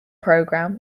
program